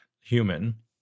Human